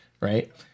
Right